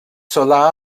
solar